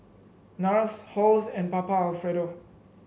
NARS Halls and Papa Alfredo